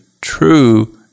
true